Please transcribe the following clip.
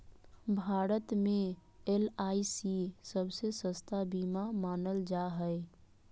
भारत मे एल.आई.सी सबसे सस्ता बीमा मानल जा हय